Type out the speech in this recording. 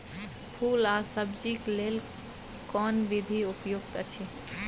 फूल आ सब्जीक लेल कोन विधी उपयुक्त अछि?